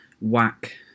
whack